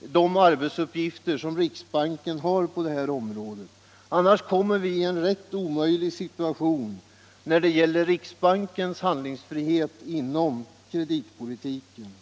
de arbetsuppgifter riksbanken har på det här området. Annars hamnar vi i en omöjlig situation när det gäller riksbankens handlingsfrihet inom kreditpolitiken.